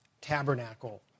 tabernacle